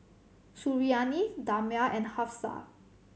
Suriani Damia and Hafsa